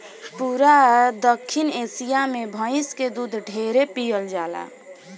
पूरा दखिन एशिया मे भइस के दूध ढेरे पियल जाला